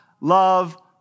love